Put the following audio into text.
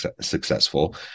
successful